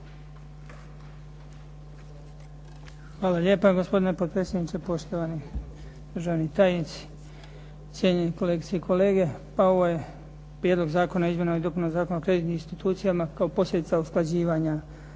Hvala lijepa gospodine potpredsjedniče, poštovani državni tajnici, poštovani kolegice i kolege. Pa ovo je Prijedlog zakona o izmjenama i dopunama zakona o kreditnim institucijama kao posljedica usklađivanja